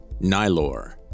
Nylor